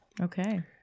Okay